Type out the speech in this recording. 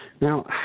Now